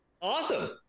awesome